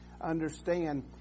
understand